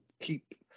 keep